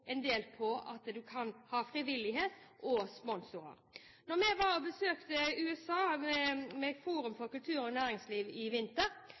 en del på at man kan ha frivillighet og sponsorer. Da vi var og besøkte USA med Forum for Kultur og Næringsliv i vinter,